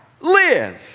Live